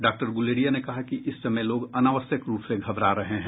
doctor Guleria ने कहा कि इस समय लोग अनावश्यक रूप से घबरा रहे हैं